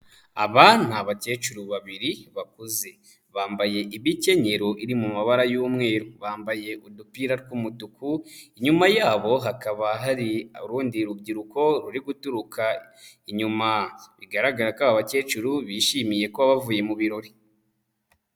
Aba ni abakecuru babiri bakuze. Bambaye imikenyero iri mu mabara y'umweru. Bambaye udupira tw'umutuku, inyuma yabo hakaba hari urundi rubyiruko ruri guturuka inyuma. Bigaragara ko aba bakecuru bishimiye kuba bavuye mu birori.